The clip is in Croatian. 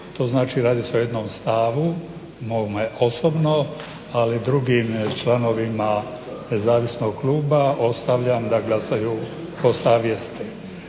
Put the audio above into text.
to znači radi se o jednom stavu mome osobno, ali drugim članovima Nezavisnog kluba ostavljam da glasaju po savjesti.